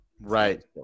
Right